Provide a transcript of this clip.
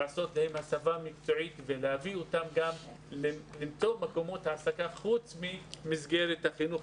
ולעשות להן הסבה מקצועית ולמצוא מקומות העסקה חוץ ממסגרת החינוך.